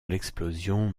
l’explosion